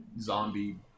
Zombie